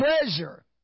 treasure